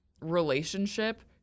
relationship